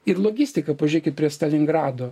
ir logistika pažėkit prie stalingrado